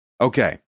Okay